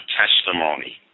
testimony